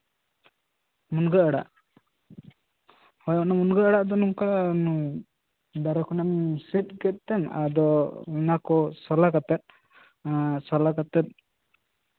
ᱢᱩᱱᱜᱟᱹ ᱟᱲᱟᱜ ᱦᱳᱭ ᱢᱩᱱᱜᱟᱹ ᱟᱲᱟᱜ ᱫᱚ ᱱᱚᱝᱠᱟ ᱫᱟᱨᱮ ᱠᱷᱚᱱ ᱮᱢ ᱥᱤᱫ ᱠᱮᱫ ᱛᱮᱢ ᱟᱫᱚ ᱚᱱᱟ ᱠᱚ ᱥᱟᱞᱟ ᱠᱟᱛᱮᱜ ᱥᱟᱞᱟ ᱠᱟᱛᱮᱜ